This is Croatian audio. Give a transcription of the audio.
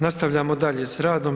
Nastavljamo dalje s radom.